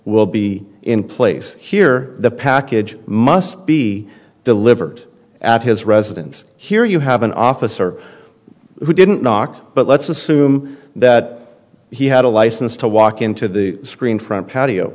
will be in place here the package must be delivered at his residence here you have an officer who didn't knock but let's assume that he had a license to walk into the screen front patio